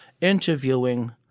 interviewing